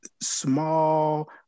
small